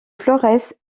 florès